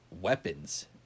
weapons